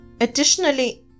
Additionally